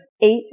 eight